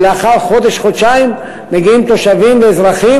שלאחר חודש-חודשיים מגיעים תושבים ואזרחים,